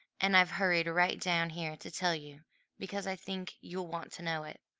and i've hurried right down here to tell you because i think you'll want to know it,